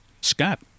Scott